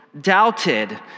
doubted